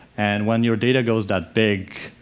and when your data goes that big,